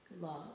love